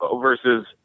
versus